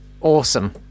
awesome